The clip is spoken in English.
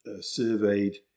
surveyed